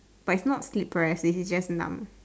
but it's not sleep paralysis it's just numb